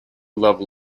level